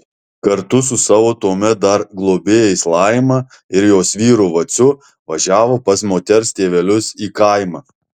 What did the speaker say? kartu su savo tuomet dar globėjais laima ir jos vyru vaciu važiavo pas moters tėvelius į kaimą